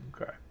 Okay